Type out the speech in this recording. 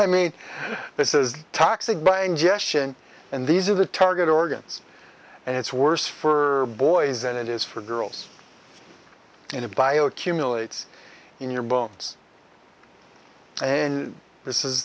i mean this is toxic by ingestion and these are the target organs and it's worse for boys and it is for girls in a bio cumulate in your bones and this is